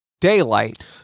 daylight